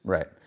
Right